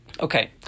Okay